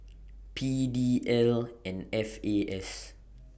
P D L and F A S